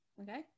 Okay